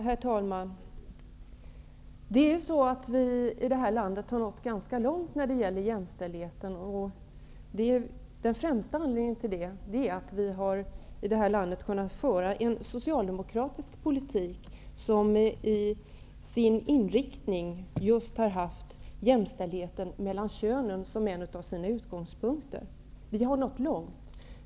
Herr talman! Vi har i det här landet nått ganska långt när det gäller jämställdheten. Den främsta anledningen till det är att vi har kunnat föra en socialdemokratisk politik som har haft just jämställdheten mellan könen som en av sina utgångspunkter.